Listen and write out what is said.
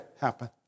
happen